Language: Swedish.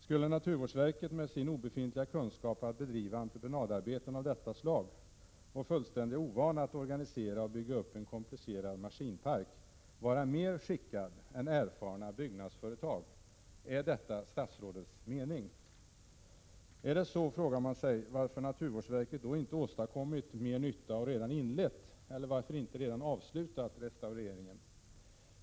— Skulle naturvårdsverket med sin obefintliga kunskap att bedriva entreprenadarbeten av detta slag och fullständiga ovana att organisera och bygga upp en komplicerad maskinpark vara mer skickat än erfarna byggnadsföretag? Är detta statsrådets mening? Är det så, frågar man sig varför naturvårdsverket inte åstadkommit mer nytta och redan inlett, eller varför inte redan avslutat, restaureringen.